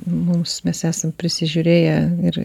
mums mes esam prisižiūrėję ir